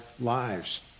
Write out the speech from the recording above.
lives